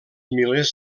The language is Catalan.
milers